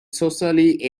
socially